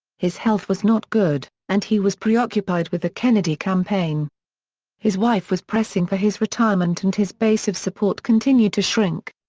his health was not good, and he was preoccupied with the kennedy campaign his wife was pressing for his retirement and his base of support continue to shrink.